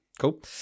Cool